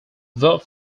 verb